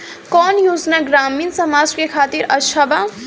कौन योजना ग्रामीण समाज के खातिर अच्छा बा?